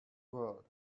word